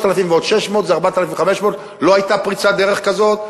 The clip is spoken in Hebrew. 3,600 ועוד 900 זה 4,500. לא היתה פריצת דרך כזאת.